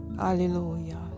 hallelujah